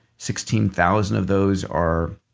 sixteen thousand of those are